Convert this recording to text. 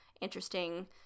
interesting